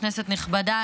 כנסת נכבדה,